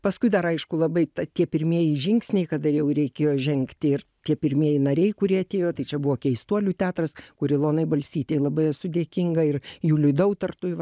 paskui dar aišku labai ta tie pirmieji žingsniai kada jau reikėjo žengti ir tie pirmieji nariai kurie atėjo tai čia buvo keistuolių teatras kur ilonai balsytei labai esu dėkinga ir juliui dautartui va